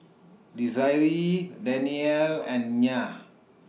Desiree Danielle and Nyah